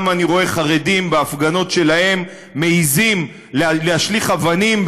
אני רואה גם חרדים בהפגנות שלהם מעזים להשליך אבנים,